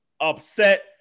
upset